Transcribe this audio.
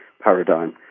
paradigm